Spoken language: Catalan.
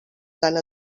tant